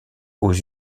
aux